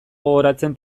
gogoratzen